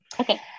Okay